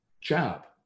job